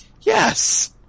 Yes